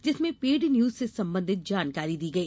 जिसमें paid news से संबंधित जानकारी दी गई